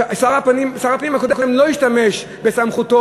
שר הפנים הקודם לא השתמש בסמכותו